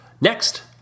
Next